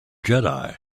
jeddah